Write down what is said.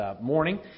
morning